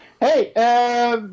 Hey